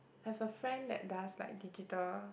have a friend that does like digital